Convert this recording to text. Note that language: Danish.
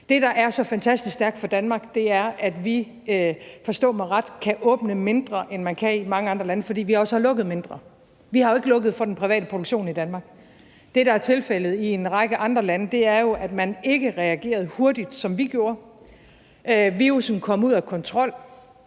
Det, der er så fantastisk stærkt for Danmark, er, at vi – forstå mig ret – kan åbne mindre, end man kan i mange andre lande, fordi vi også har lukket mindre. Vi har jo ikke lukket for den private produktion i Danmark. Det, der er tilfældet i en række andre lande, er jo, at man ikke reagerede hurtigt, som vi gjorde; virussen kom ud af kontrol,